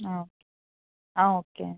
okay